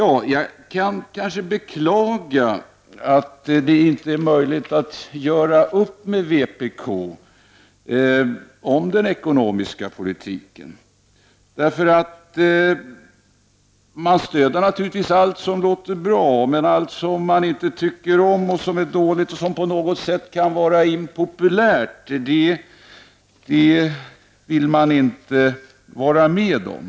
Jag kan kanske beklaga att det inte är möjligt att göra upp med vpk om den ekono . miska politiken, därför att vpk naturligtvis stöder allt som låter bra, men allt som man inte tycker om och som är dåligt och som på något sätt kan vara impopulärt vill man inte vara med om.